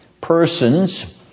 persons